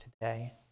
today